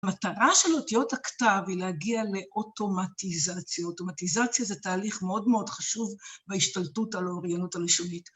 המטרה של אותיות הכתב היא להגיע לאוטומטיזציה, אוטומטיזציה זה תהליך מאוד מאוד חשוב בהשתלטות על האוריינות הלשונית.